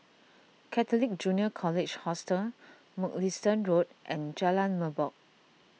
Catholic Junior College Hostel Mugliston Road and Jalan Merbok